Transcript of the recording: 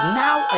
now